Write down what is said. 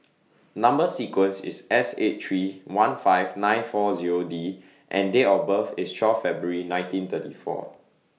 Number sequence IS S eight three one five nine four Zero D and Date of birth IS twelve February nineteen thirty four